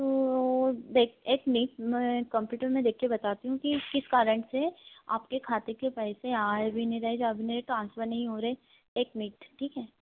तो देख एक मिनट मैं कंप्यूटर में देख के बताती हूँ कि किस कारण से आपके खाते के पैसे आ भी नहीं रहे जा भी नहीं रहे ट्रांसफर नहीं हो रहे एक मिनट ठीक है